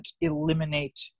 eliminate